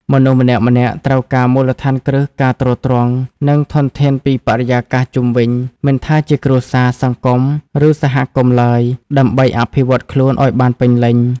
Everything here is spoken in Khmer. មនុស្សម្នាក់ៗត្រូវការមូលដ្ឋានគ្រឹះ ការទ្រទ្រង់ និងធនធានពីបរិយាកាសជុំវិញ មិនថាជាគ្រួសារ សង្គម ឬសហគមន៍ឡើយ ដើម្បីអភិវឌ្ឍន៍ខ្លួនឲ្យបានពេញលេញ។